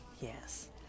Yes